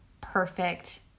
perfect